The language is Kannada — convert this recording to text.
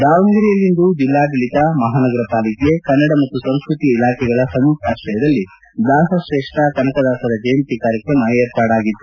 ದಾವಣಗೆರೆಯಲ್ಲಿಂದು ಜಿಲ್ಲಾಡಳಿತ ಮಹಾನಗರ ಪಾಲಿಕೆ ಕನ್ನಡ ಮತ್ತು ಸಂಸ್ಕೃತಿ ಇಲಾಖೆಗಳ ಸಂಯುಕ್ತಾಶ್ರಯದಲ್ಲಿ ದಾಸಶ್ರೇಷ್ಠ ಕನಕದಾಸರ ಜಯಂತಿ ಕಾರ್ಯಕ್ರಮ ಏರ್ಪಡಾಗಿತ್ತು